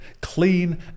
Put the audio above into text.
clean